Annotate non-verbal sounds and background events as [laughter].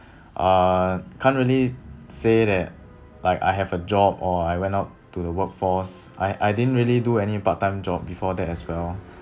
uh can't really say that like I have a job or I went out to the workforce I I didn't really do any part time job before that as well [breath]